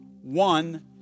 one